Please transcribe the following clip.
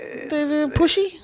Pushy